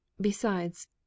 Besides